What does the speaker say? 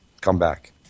comeback